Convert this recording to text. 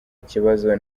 kibazo